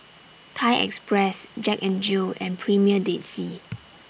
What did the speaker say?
Thai Express Jack N Jill and Premier Dead Sea